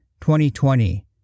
2020